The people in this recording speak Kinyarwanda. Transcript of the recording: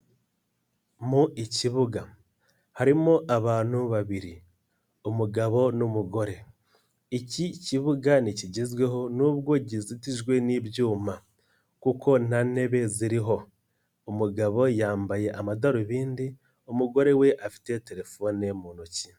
Mu ikibuga, harimo abantu babiri, umugabo n'umugore, iki kibuga ntikigezweho n'ubwo kizitijwe n'ibyuma kuko nta ntebe ziriho, umugabo yambaye amadarubindi, umugore we afite telefone mu ntoki.